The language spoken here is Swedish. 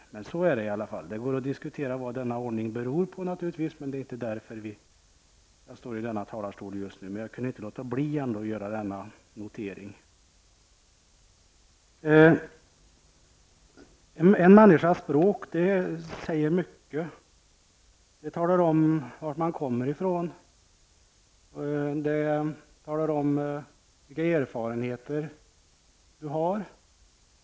Det går naturligtvis att diskutera vad denna ordning beror på, men det är inte därför jag står i talarstolen nu. Jag kunde ändå inte låta bli att göra denna notering. En människas språk säger mycket. Det talar om varifrån du kommer. Det talar om vilka erfarenheter du har.